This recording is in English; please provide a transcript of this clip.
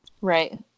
right